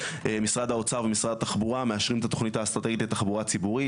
משרד האוצר ומשרד התחבורה מאשרים את התוכנית האסטרטגית לתחבורה ציבורית,